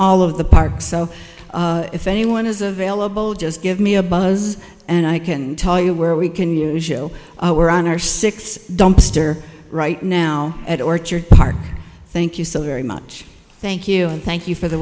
all of the parks so if anyone is available just give me a buzz and i can tell you where we can use you we're on our six dumpster right now at orchard park thank you so very much thank you thank you for the